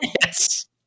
Yes